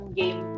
game